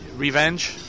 revenge